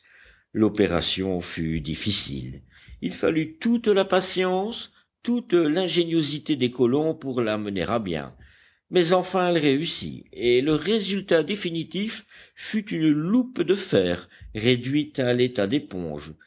l'opération fut difficile il fallut toute la patience toute l'ingéniosité des colons pour la mener à bien mais enfin elle réussit et le résultat définitif fut une loupe de fer réduite à l'état d'éponge